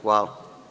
Hvala.